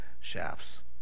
shafts